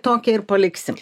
tokią ir paliksim